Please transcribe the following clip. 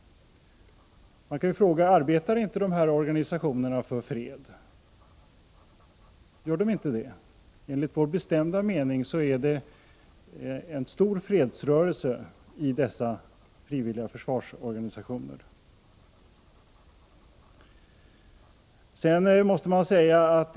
Man kan fråga: Arbetar inte de här organisationerna för fred? Enligt vår bestämda mening utgör de frivilliga försvarsorganisationerna en stor fredsrörelse.